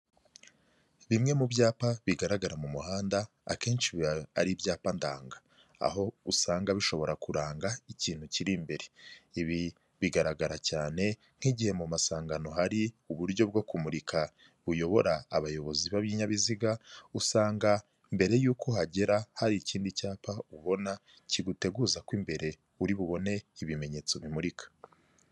Bimwe mu byapa bigaragara mu muhanda akenshi biba ari ibyapa ndanga, aho usanga bishobora kuranga ikintu kiri imbere, ibi bigaragara cyane nk'igihe mu masangano hari uburyo bwo kumurika buyobora abayobozi b'ibinyabiziga usanga mbere y'uko uhagera hari ikindi cyapa ubona kiguteguza ko imbere uri bubone ibimenyetso bimurika.